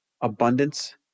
abundance